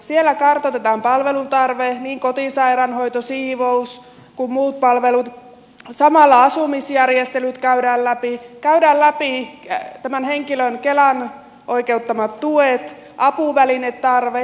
siellä kartoitetaan palvelun tarve niin kotisairaanhoito siivous kuin muut palvelut samalla asumisjärjestelyt käydään läpi käydään läpi kelan tuet joihin tämä henkilö on oikeutettu apuvälinetarve